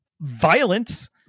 violence